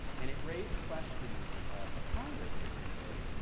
and it raised questions for congress particularly,